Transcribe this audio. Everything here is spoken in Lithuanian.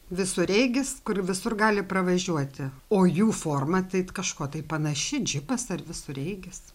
visureigis kur visur gali pravažiuoti o jų forma tai kažkuo panaši džipas ar visureigis